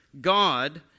God